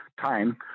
time